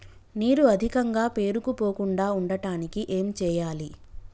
నీరు అధికంగా పేరుకుపోకుండా ఉండటానికి ఏం చేయాలి?